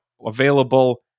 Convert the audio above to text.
available